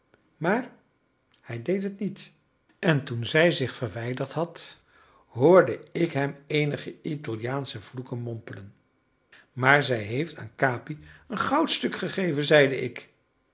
maar hij deed het niet en toen zij zich verwijderd had hoorde ik hem eenige italiaansche vloeken mompelen maar zij heeft aan capi een goudstuk gegeven zeide ik